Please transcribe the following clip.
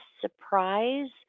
surprise